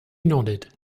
nodded